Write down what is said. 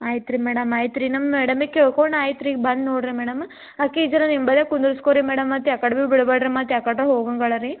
ಆಯ್ತು ರೀ ಮೇಡಮ್ ಆಯ್ತು ರೀ ನಮ್ಮ ಮೇಡಮಿಗೆ ಕೇಳ್ಕೊಂಡು ಆಯ್ತು ರೀ ಬಂದು ನೋಡ್ರಿ ಮೇಡಮ್ ಆಕೆ ಇದ್ರೆ ನಿಮ್ಮ ಬದಿಗೆ ಕುಂದರ್ಸ್ಕೊರಿ ರೀ ಮೇಡಮ್ ಮತ್ತು ಯಾ ಕಡೆ ರೀ ಬಿಡ್ಬೇಡ್ರಿ ಮತ್ತು ಯಾ ಕಡ್ರಾ ಹೋಗೊಂಗಳಾರಿ